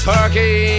Turkey